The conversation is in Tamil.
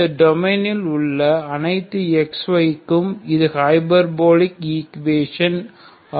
இந்த டொமைனில் உள்ள அனைத்து xy க்கும் இது ஹைபர்போலிக் ஈக்குவேஷன் ஆகும்